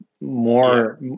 more